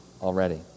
already